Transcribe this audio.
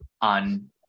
on